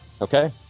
Okay